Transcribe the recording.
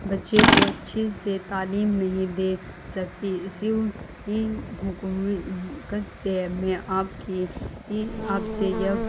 بچے کو اچھی سے تعلیم نہیں دے سکتی اسی حکومت سے میں آپ کی آپ سے یہ